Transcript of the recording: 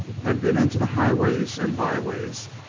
had been into the highways and byways,